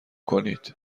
کنید